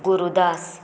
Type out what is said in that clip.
Gurudas